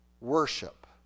worship